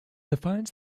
defines